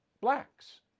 blacks